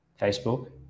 Facebook